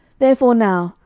therefore now,